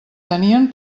tenien